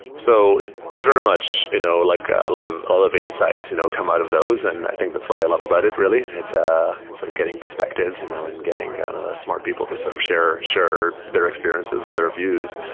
so very much, you know like a lot of of insights you know come out of those. and i think that's what i love about it really. ah sort of getting perspectives you know and getting kind of ah smart people to sort of share their experiences and their views.